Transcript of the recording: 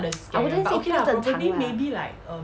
I wouldn't say 不正常 lah